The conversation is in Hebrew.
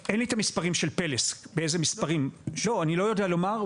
אין לי את המספרים של "פלס", אני לא יודע לומר.